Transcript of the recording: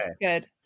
Good